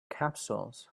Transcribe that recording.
capsules